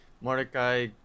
mordecai